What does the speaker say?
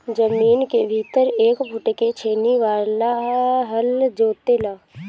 जमीन के भीतर एक फुट ले छेनी वाला हल जोते ला